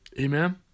Amen